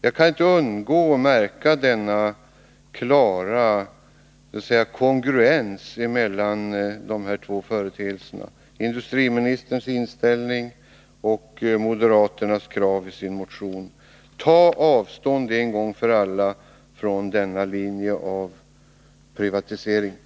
Jag kan inte undgå att märka denna klara kongruens mellan de båda företeelserna, industriministerns inställning och moderaternas krav i motionen. Ta avstånd en gång för alla från privatiseringslinjen!